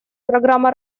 программа